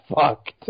fucked